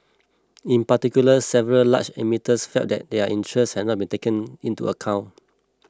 in particular several large emitters felt that their interests had not been taken into account